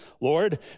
Lord